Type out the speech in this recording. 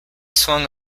swung